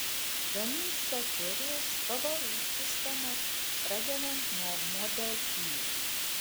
gamins baterijas pavarų sistemas pradedant nuo model y